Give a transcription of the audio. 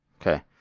Okay